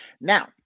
Now